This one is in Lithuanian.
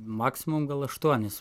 maksimum gal aštuonis